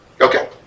Okay